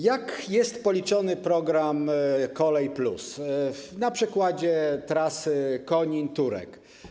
Jak jest policzony program ˝Kolej+˝ na przykładzie trasy Konin - Turek?